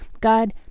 God